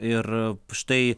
ir štai